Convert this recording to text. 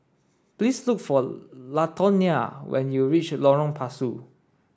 please look for Latonya when you reach Lorong Pasu